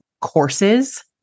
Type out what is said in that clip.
courses